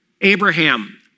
Abraham